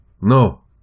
No